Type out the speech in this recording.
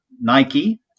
Nike